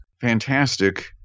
fantastic